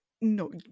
No